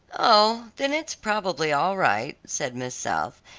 oh, then it's probably all right, said miss south,